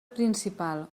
principal